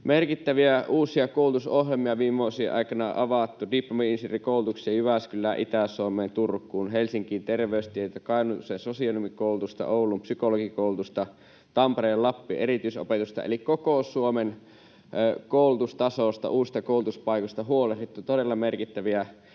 merkittäviä uusia koulutusohjelmia viime vuosien aikana on avattu: Jyväskylään, Itä-Suomeen ja Turkuun diplomi-insinöörikoulutuksia, Helsinkiin terveystieteitä, Kainuuseen sosionomikoulutusta, Ouluun psykologikoulutusta, Tampereelle ja Lappiin erityisopetusta. Eli koko Suomen koulutustasosta, uusista koulutuspaikoista, on huolehdittu — todella merkittäviä